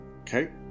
Okay